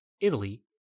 Italy